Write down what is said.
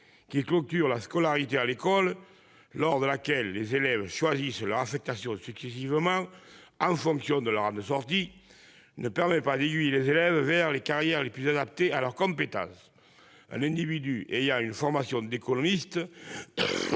qui clôture la scolarité à l'école, au cours de laquelle les élèves choisissent leur affectation successivement en fonction de leur rang de sortie, ne permet pas d'aiguiller les élèves vers les carrières les plus adaptées à leurs compétences. Un individu ayant une formation d'économiste